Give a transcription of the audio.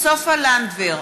סופה לנדבר,